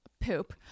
poop